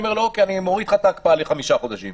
אני אומר לו: אני מוריד לך את ההקפאה לחמישה חודשים,